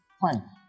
fine